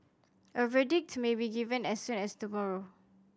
a verdict may be given as soon as tomorrow